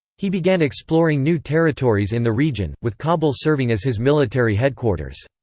he began exploring new territories in the region, with kabul serving as his military headquarters.